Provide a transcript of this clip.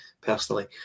personally